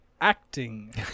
acting